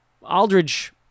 Aldridge